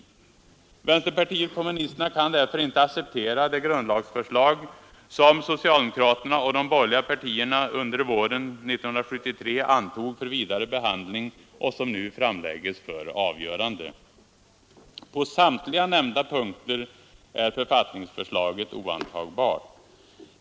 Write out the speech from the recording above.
Vänsterpartiet kommunisterna kan därför inte acceptera det grundlagsförslag som socialdemokraterna och de borgerliga partierna under våren 1973 antog för vidare behandling och som nu framlägges för avgörande. På samtliga nämnda punkter är författningsförslaget oantagbart.